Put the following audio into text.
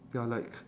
ya like